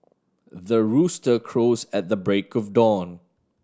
the rooster crows at the break of dawn